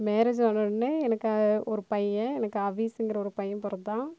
marriage ஆனொடனே எனக்கு ஒரு பையன் எனக்கு அவிஸ்ங்கிற ஒரு பையன் பிறந்தான்